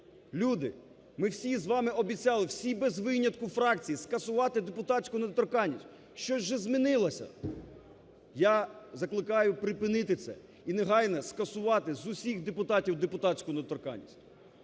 Люди, ми всі з вами обіцяли, всі без винятку фракції, скасувати депутатську недоторканність. Що ж змінилося? Я закликаю припинити це і негайно скасувати з усіх депутатів депутатську недоторканність.